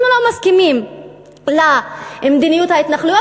אנחנו לא מסכימים למדיניות ההתנחלויות,